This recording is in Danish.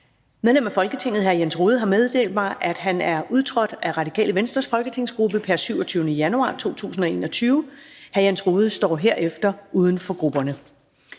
Medlem af Folketinget Jens Rohde har meddelt mig, at han er udtrådt af Radikale Venstres folketingsgruppe pr. 27. januar 2021. Jens Rohde står herefter uden for grupperne.